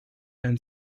and